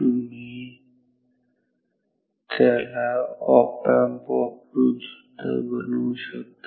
तुम्ही त्याला op amp वापरून सुद्धा बनवू शकता